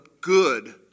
good